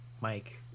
Mike